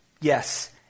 yes